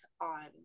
on